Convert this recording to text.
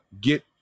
get